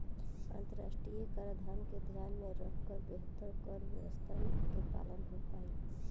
अंतरराष्ट्रीय कराधान के ध्यान में रखकर बेहतर कर व्यावस्था के पालन हो पाईल